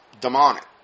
demonic